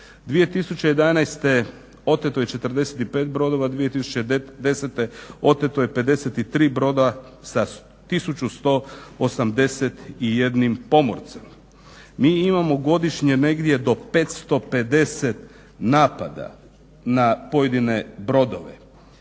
2011. oteto je 45 brodova, 2010. oteto je 53 broda sa 1181 pomorcem. Mi imamo godišnje negdje do 550 napada na pojedine brodove